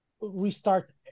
restart